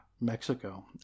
Mexico